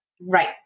Right